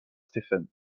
stephen